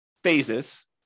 phases